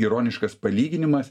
ironiškas palyginimas